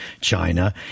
China